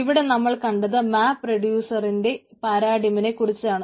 ഇവിടെ നമ്മൾ കണ്ടത് മാപ്പ് റെഡിയൂസറിന്റെ പാരാഡിമിനെ കുറിച്ചാണ്